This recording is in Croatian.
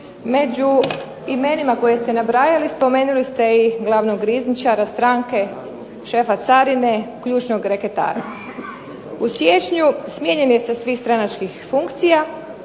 među imenima koje ste nabrajali spomenuli ste i glavnog rizničara stranke, šefa carine, ključnog reketara. U siječnju smijenjen je sa svih stranačkih funkcija,